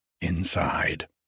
inside